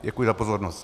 Děkuji za pozornost.